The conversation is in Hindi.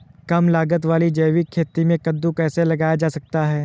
कम लागत वाली जैविक खेती में कद्दू कैसे लगाया जा सकता है?